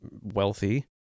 wealthy